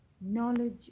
Knowledge